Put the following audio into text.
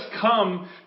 come